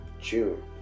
June